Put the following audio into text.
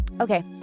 Okay